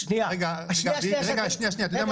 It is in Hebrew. רגע שנייה, אתה יודע מה?